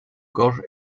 gorges